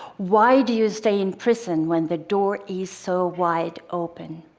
why do you stay in prison when the door is so wide open?